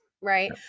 right